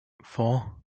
four